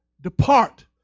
depart